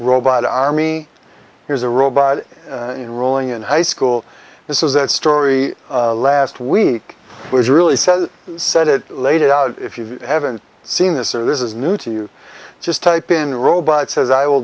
robot army here's a robot in ruling in high school this is that story last week was really says he said it laid it out if you haven't seen this or this is new to you just type in robot says i will